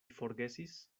forgesis